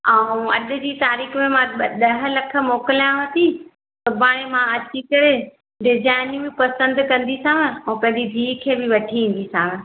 ऐं अॼु जी तारीख़ में मां ॾह लख मोकिलियांव थी सुभाणे मां अची करे डिज़ाइनियूं बि पसंदि कंदीसांव ऐं पंहिंजी धीअ खे बि वठी ईंदीसांस